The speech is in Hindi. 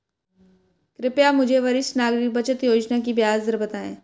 कृपया मुझे वरिष्ठ नागरिक बचत योजना की ब्याज दर बताएं